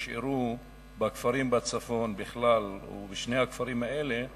שנשארו בכפרים בצפון בכלל ובשני הכפרים האלה בפרט,